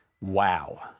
Wow